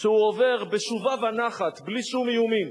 שהוא עובר בשובה ונחת, בלי שום איומים.